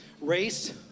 race